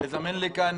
הרב שתמנה לעניין